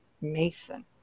Mason